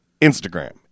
Instagram